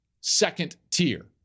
Second-tier